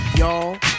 y'all